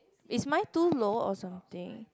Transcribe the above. is mine too low or something